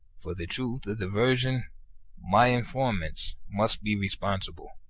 for the truth of the version my informants must be responsible.